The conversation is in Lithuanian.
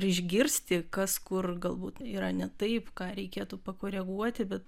ir išgirsti kas kur galbūt yra ne taip ką reikėtų pakoreguoti bet